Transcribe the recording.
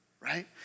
right